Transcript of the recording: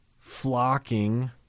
flocking